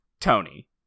Tony